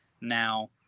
now